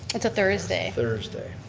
it's a thursday. thursday.